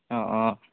অঁ অঁ